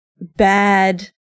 bad